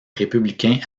républicains